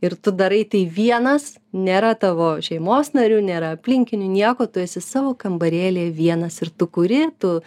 ir tu darai tai vienas nėra tavo šeimos narių nėra aplinkinių nieko tu esi savo kambarėlyje vienas ir tu kuri tu